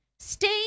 Stay